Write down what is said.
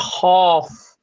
half